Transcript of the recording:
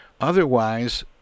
Otherwise